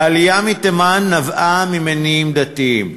העלייה מתימן נבעה ממניעים דתיים,